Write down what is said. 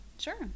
sure